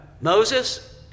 Moses